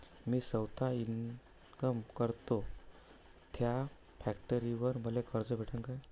मी सौता इनकाम करतो थ्या फॅक्टरीवर मले कर्ज भेटन का?